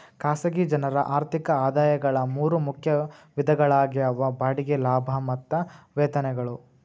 ಖಾಸಗಿ ಜನರ ಆರ್ಥಿಕ ಆದಾಯಗಳ ಮೂರ ಮುಖ್ಯ ವಿಧಗಳಾಗ್ಯಾವ ಬಾಡಿಗೆ ಲಾಭ ಮತ್ತ ವೇತನಗಳು